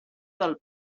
del